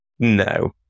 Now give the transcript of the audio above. No